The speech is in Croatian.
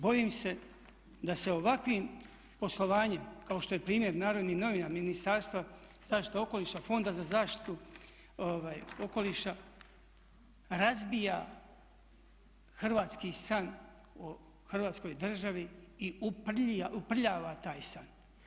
Bojim se da se ovakvim poslovanjem kao što je primjer Narodnih novina, Ministarstva zaštite okoliša, Fonda za zaštitu okoliša razbija hrvatski san o Hrvatskoj državi i uprljava taj san.